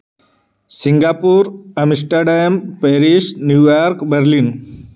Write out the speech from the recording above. Singapore Amsterdam Paris New York Berlin